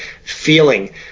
feeling